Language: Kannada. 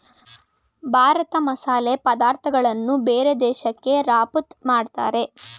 ಭಾರತ ಮಸಾಲೆ ಪದಾರ್ಥಗಳನ್ನು ಬೇರೆ ದೇಶಕ್ಕೆ ರಫ್ತು ಮಾಡತ್ತರೆ